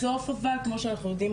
בסוף אבל כמו שאנחנו יודעים,